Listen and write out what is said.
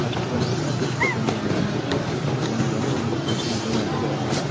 first வந்து பார்த்தீங்கன்னா two stroke வண்டி ஒன்னு இருந்துச்சி டூ ஸ்டோக் வண்டியில் வந்து ரொம்ப பொல்யூஷன் அதிகமாக இருக்குது அதனால்